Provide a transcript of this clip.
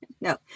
No